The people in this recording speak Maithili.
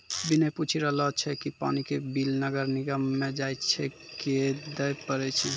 विनय पूछी रहलो छै कि पानी के बिल नगर निगम म जाइये क दै पड़ै छै?